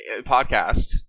podcast